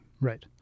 Right